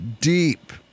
deep